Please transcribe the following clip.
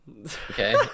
Okay